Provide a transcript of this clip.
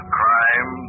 crime